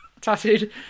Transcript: Tattooed